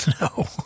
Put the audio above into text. No